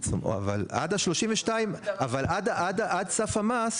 אבל עד סף המס